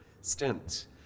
stint